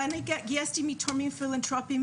ואני גייסתי מתורמים פילנתרופיים,